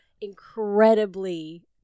incredibly